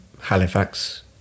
Halifax